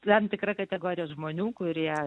tam tikra kategorija žmonių kurie